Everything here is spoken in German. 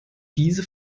diese